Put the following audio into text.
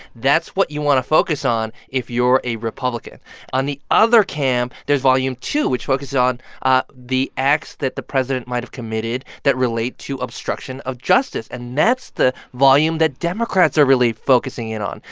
that's what you want to focus on if you're a republican on the other camp, there's volume two, which focuses on ah the acts that the president might have committed that relate to obstruction of justice, and that's the volume that democrats are really focusing in on.